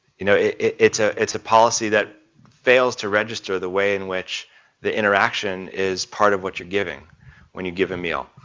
you know, it's ah it's a policy that fails to register the way in which the interaction is part of what you're giving when you give a meal.